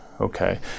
okay